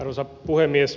arvoisa puhemies